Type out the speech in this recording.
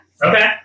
Okay